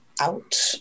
out